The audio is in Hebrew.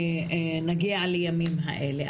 שנגיע לימים האלה.